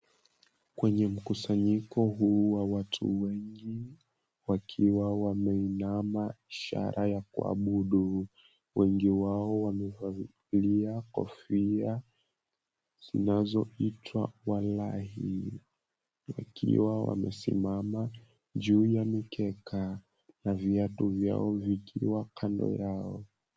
Kwenye mkusanyiko huu wa watu wengi wakiwa wameinama ishara ya kuabudu, wengi wao wamevalia kofia zinazoitwa walahi, wakiwa wamesimama juu ya mikeka na viatu vyao vikiwa kando yao.